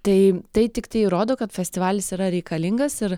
tai tai tiktai įrodo kad festivalis yra reikalingas ir